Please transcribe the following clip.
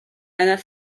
einer